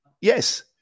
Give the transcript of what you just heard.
yes